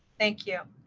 thank you,